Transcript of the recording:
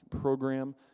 program